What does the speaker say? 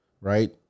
right